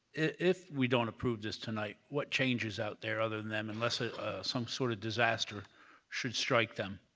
if we don't approve this tonight, what changes out there other than them unless ah some sort of disaster should strike them,